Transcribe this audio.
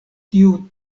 tiu